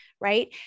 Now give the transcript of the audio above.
Right